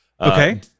Okay